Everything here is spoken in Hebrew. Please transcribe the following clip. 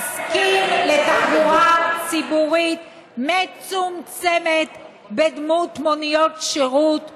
תסכים לתחבורה ציבורית מצומצמת בדמות מוניות שירות בשבת.